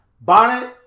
Bonnet